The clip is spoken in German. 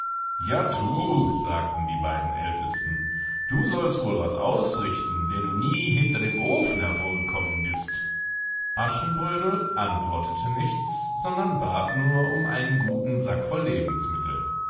ja du sagten die beiden ältesten du sollst wohl was ausrichten der du nie hinter dem ofen hervorgekommen bist aschenbrödel antwortete nichts sondern bat nur um einen guten sack voll lebensmittel